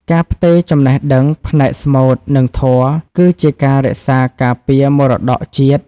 ការផ្ទេរចំណេះដឹងផ្នែកស្មូត និងធម៌ គឺជាការរក្សាការពារមរតកជាតិ។